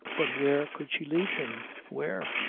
but where could she lead him? where?